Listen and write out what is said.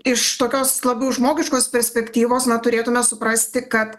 iš tokios labiau žmogiškos perspektyvos na turėtume suprasti kad